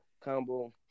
combo